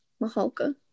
Mahalka